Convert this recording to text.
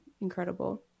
incredible